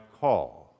call